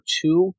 two